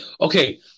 Okay